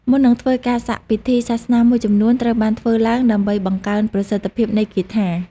មុននឹងធ្វើការសាក់ ពិធីសាសនាមួយចំនួនត្រូវបានធ្វើឡើងដើម្បីបង្កើនប្រសិទ្ធភាពនៃគាថា។